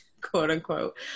quote-unquote